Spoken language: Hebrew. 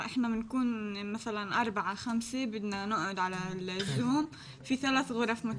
אנחנו באות ממשפחות מרובות ילדים ויש יותר משלושה או